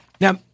Now